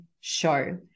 show